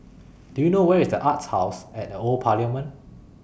Do YOU know Where IS The Arts House At The Old Parliament